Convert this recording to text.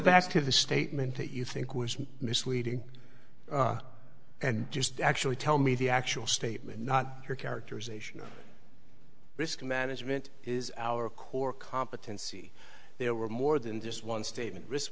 back to the statement that you think was misleading and just actually tell me the actual statement not your characterization of risk management is our core competency there were more than just one statement risk